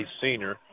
senior